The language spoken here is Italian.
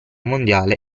mondiale